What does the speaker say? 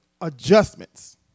adjustments